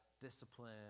discipline